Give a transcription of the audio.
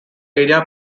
area